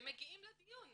הם מגיעים לדיון.